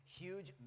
huge